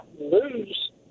lose